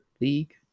league